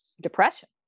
depression